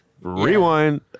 Rewind